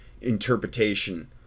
interpretation